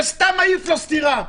וסתם מעיף לו סטירה,